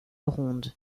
ronde